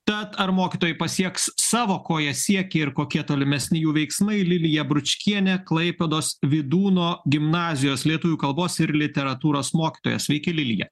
tad ar mokytojai pasieks savo ko jie siekia ir kokie tolimesni jų veiksmai lilija bručkienė klaipėdos vydūno gimnazijos lietuvių kalbos ir literatūros mokytoja sveiki lilija